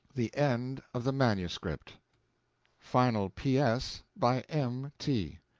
the end of the manuscript final p s. by m t.